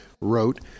wrote